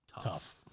tough